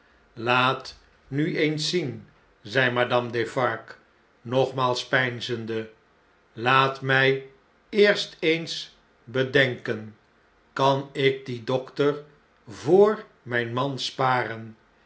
laat nu eens zien zei madame defarge nogmaals peinzende laat mn eerst eens bedenken kan ik dien dokter voor mjjn man sparen